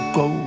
go